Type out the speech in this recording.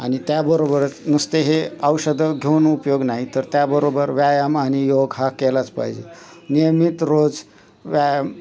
आणि त्याबरोबर नुसते हे औषधं घेऊन उपयोग नाही तर त्याबरोबर व्यायाम आणि योग हा केलाच पाहिजे नियमित रोज व्यायाम